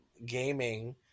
gaming